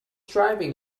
driving